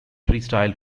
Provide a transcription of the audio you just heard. freestyle